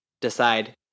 decide